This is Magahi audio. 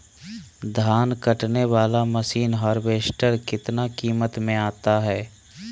धान कटने बाला मसीन हार्बेस्टार कितना किमत में आता है?